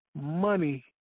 Money